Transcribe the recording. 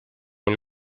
all